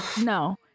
no